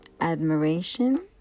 admiration